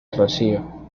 rocío